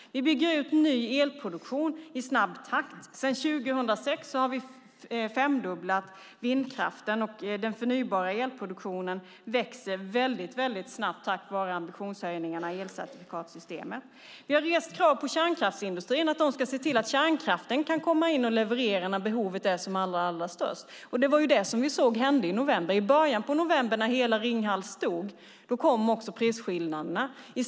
Sedan 2006 har vi femdubblat vindkraften, och den förnybara elproduktionen växer mycket snabbt tack vare ambitionshöjningarna i elcertifikatssystemet. Det var det som vi såg hända i november. I början av november då hela Ringhals stod still uppstod prisskillnaderna.